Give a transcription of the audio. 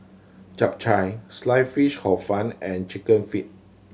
Chap Chai Sliced Fish Hor Fun and Chicken Feet